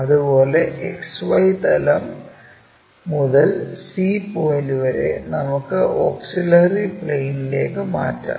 അതുപോലെ XY തലം മുതൽ c പോയിന്റ് വരെ നമുക്ക് ആ ഓക്സിലറി പ്ലെയിനിലേക്കു മാറ്റാം